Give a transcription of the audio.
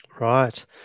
Right